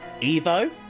Evo